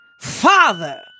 father